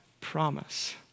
promise